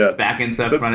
ah backend stuff, but